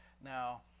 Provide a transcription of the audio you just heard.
Now